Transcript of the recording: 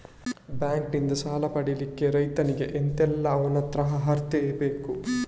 Bank ನಿಂದ ಸಾಲ ಪಡಿಲಿಕ್ಕೆ ರೈತನಿಗೆ ಎಂತ ಎಲ್ಲಾ ಅವನತ್ರ ಅರ್ಹತೆ ಬೇಕು?